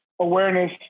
awareness